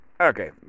Okay